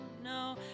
No